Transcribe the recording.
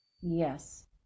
Yes